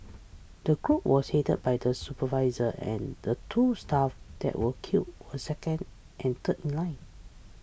the group was headed by the supervisor and the two staff that were killed were second and third in line